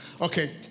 okay